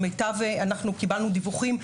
קיבלנו דיווחים,